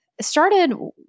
started